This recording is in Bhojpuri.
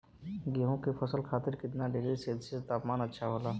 गेहूँ के फसल खातीर कितना डिग्री सेल्सीयस तापमान अच्छा होला?